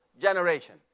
generation